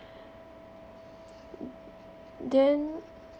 then